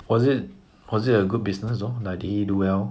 was it was it a good business though like did he do well